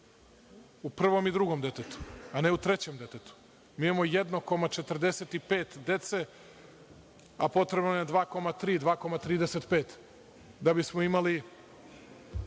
u prvom i drugom detetu, a ne u trećem detetu. Mi imamo 1,45 dece, a potrebno nam je 2,35 da bismo imali